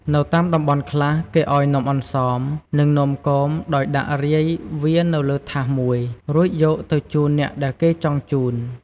នៅតាមតំបន់ខ្លះ គេឱ្យនំអន្សម និងនំគមដោយដាក់រាយវានៅលើថាសមួយ រួចយកទៅជូនអ្នកដែលគេចង់ជូន។